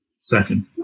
Second